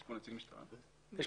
נאפשר לנציג המשטרה,